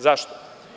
Zašto?